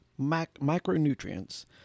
micronutrients